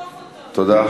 תודה.